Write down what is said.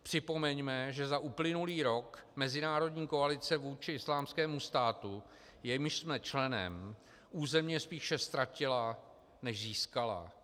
Připomeňme, že za uplynulý rok mezinárodní koalice vůči Islámskému státu, jejímž jsme členem, územně spíše ztratila než získala.